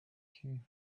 king